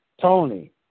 Tony